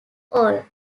all